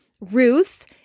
Ruth